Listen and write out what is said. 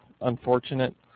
unfortunate